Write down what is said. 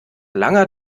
langer